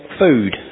food